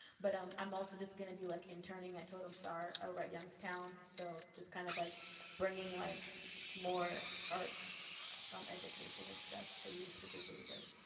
but um i'm also just going to be like interning at totem star ah at youngstown. so just kind of like bringing like more arts um education and stuff to the youth which is really dope.